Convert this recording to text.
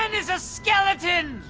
and is a skeleton.